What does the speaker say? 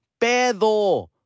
PEDO